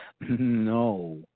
No